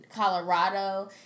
Colorado